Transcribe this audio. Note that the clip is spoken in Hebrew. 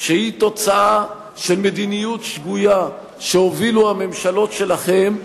שהיא תוצאה של מדיניות שגויה שהובילו הממשלות שלכם,